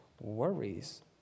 worries